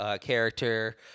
character